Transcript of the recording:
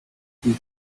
szli